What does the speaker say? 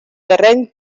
terreny